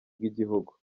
bw’igihugu